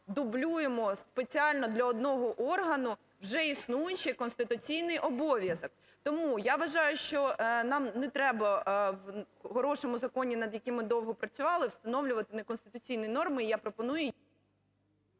дублюємо спеціально для одного органу вже існуючий конституційний обов'язок. Тому я вважаю, що нам не треба в хорошому законі, над яким ми довго працювали, встановлювати неконституційні норми, я пропоную...